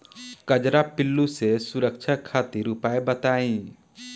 कजरा पिल्लू से सुरक्षा खातिर उपाय बताई?